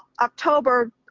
October